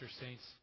saints